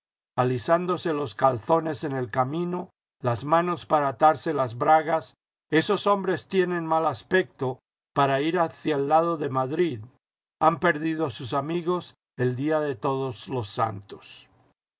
alisándose los calzones en el camino las manos para atarse las bragas esos hombres tienen mal aspecto para ir hacia el lado de madrid han perdido sus amigos el día de todos los santos